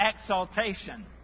exaltation